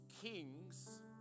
kings